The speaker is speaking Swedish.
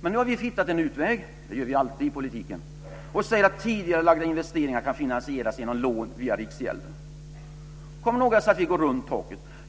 Nu har vi hittat en utväg. Det gör vi alltid i politiken. Vi säger att tidigarelagda investeringar kan finansieras genom lån via Riksgälden. Då säger några att vi går runt taket.